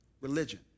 religion